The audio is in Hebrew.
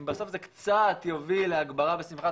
אם בסוף זה קצת יוביל להגברה בשמחת